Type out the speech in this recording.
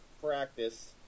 practice